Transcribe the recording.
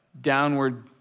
downward